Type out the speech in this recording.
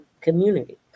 community